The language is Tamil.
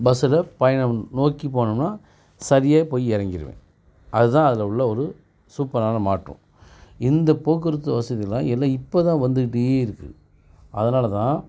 பஸ்ஸில் பயணம் நோக்கி போனேம்னா சரியாக போய் இறங்கிருவேன் அதுதான் அதில் உள்ள ஒரு சூப்பரான மாற்றம் இந்த போக்குவரத்து வசதிலாம் எல்லாம் இப்போ தான் வந்துக்கிட்டே இருக்குது அதனால் தான்